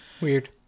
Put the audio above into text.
weird